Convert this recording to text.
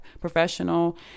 professional